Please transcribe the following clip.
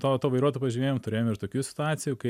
to to vairuotojo pažymėjimo turėjom ir tokių situacijų kai